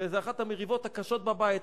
זו אחת המריבות הקשות בבית,